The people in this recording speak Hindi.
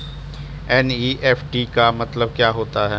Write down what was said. एन.ई.एफ.टी का मतलब क्या होता है?